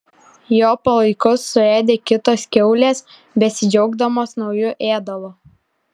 jo palaikus suėdė kitos kiaulės besidžiaugdamos nauju ėdalu